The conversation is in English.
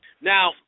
Now